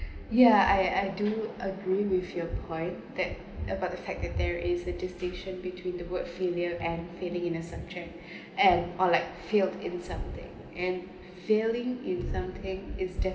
yeah I I do agree with your point that about the fact that there is a distinction between the word failure and failing in a subject and or like failed in something and failing in something is